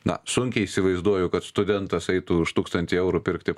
na sunkiai įsivaizduoju kad studentas eitų už tūkstantį eurų pirkti